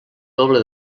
doble